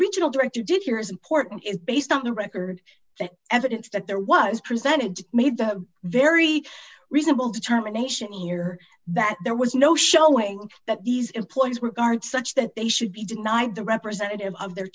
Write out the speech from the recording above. regional director did your is important is based on the record that evidence that there was presented made the very reasonable determination here that there was no showing that these employees were guard such that they should be denied the representative of their